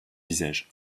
visage